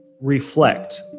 reflect